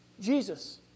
Jesus